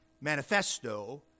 manifesto